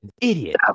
idiot